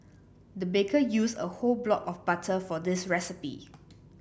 the baker used a whole block of butter for this recipe